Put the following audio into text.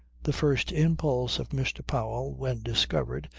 the first impulse of mr. powell, when discovered,